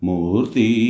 Murti